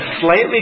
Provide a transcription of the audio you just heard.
slightly